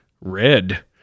red